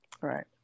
right